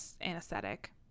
anesthetic